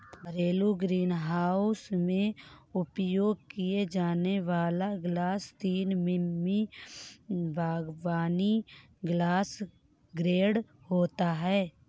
घरेलू ग्रीनहाउस में उपयोग किया जाने वाला ग्लास तीन मिमी बागवानी ग्लास ग्रेड होता है